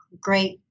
great